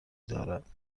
دارد